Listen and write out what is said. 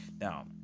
now